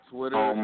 Twitter